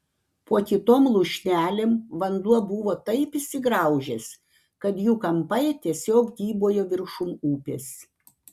po kitom lūšnelėm vanduo buvo taip įsigraužęs kad jų kampai tiesiog kybojo viršum upės